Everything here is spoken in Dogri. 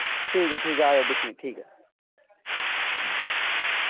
ठीक ऐ ठीक ऐ आयो दिक्खने ठीक ऐ